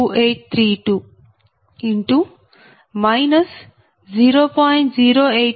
0832 0